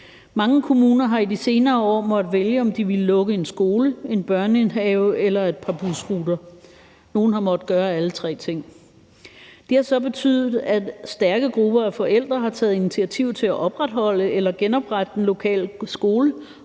Mange kommuner har i de senere år måttet vælge, om de ville lukke en skole, en børnehave eller et par busruter. Nogle har måttet gøre alle tre ting. Det har så betydet, at stærke grupper af forældre har taget initiativ til at opretholde eller genoprette den lokale skole